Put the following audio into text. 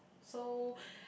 so